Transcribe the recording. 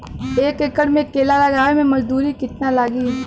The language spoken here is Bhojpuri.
एक एकड़ में केला लगावे में मजदूरी कितना लागी?